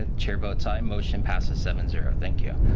ah chair votes. aye motion passes seven, zero. thank yeah